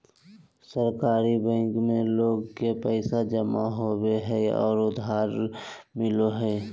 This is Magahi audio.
सहकारी बैंक में लोग के पैसा जमा होबो हइ और उधार मिलो हइ